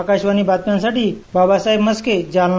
आकाशवाणी बातम्यांसाठी बाबासाहेब म्हस्के जालना